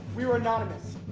we were anonymous.